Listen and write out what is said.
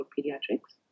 Pediatrics